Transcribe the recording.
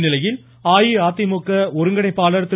இந்நிலையில் அஇஅதிமுக ஒருங்கிணைப்பாளர் திரு